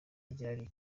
ryari